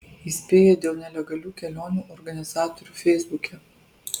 įspėja dėl nelegalių kelionių organizatorių feisbuke